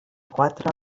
quatre